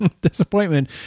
Disappointment